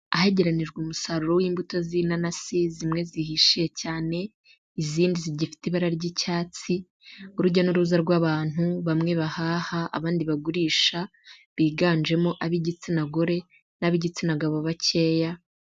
Ahagereranijwe umusaruro w'imbuto z'inanasi zimwe zihishiye cyane, izindi zigifite ibara ry'icyatsi, urujya n'uruza rw'abantu bamwe bahaha abandi bagurisha, biganjemo ab'igitsina gore n'ab'igitsina gabo bakeya.